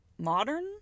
Modern